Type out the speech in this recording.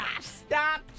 Stop